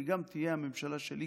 היא גם תהיה הממשלה שלי,